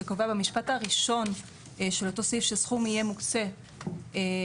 שקובע במשפט הראשון של אותו סעיף שסכום יהיה מוקצה למחקר